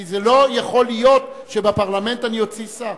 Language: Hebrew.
כי זה לא יכול להיות שבפרלמנט אני אוציא שר.